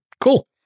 Cool